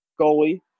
goalie